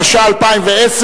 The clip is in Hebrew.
התש"ע 2010,